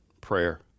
prayer